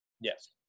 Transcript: Yes